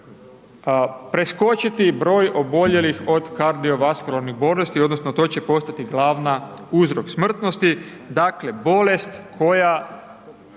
preskočiti broj oboljelih od kardiovaskularnih bolesti, odnosno, to će postiti glavna uzrok smrtnosti, dakle, bolest koja